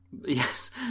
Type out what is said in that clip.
yes